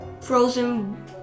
frozen